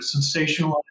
sensationalize